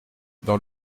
dans